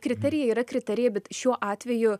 kriterijai yra kriterijai bet šiuo atveju